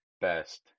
best